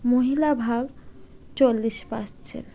মহিলা ভাগ চল্লিশ পার্সেন্ট